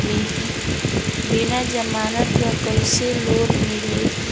बिना जमानत क कइसे लोन मिली?